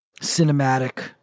cinematic